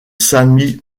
sammy